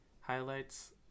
highlights